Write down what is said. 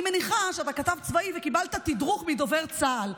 אני מניחה שאתה כתב צבאי וקיבלת תדרוך מדובר צה"ל.